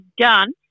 done